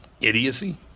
Idiocy